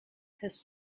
has